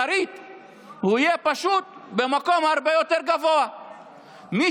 הוא יהיה במקום הרבה יותר גבוה מוסרית.